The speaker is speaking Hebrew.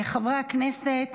חברי הכנסת,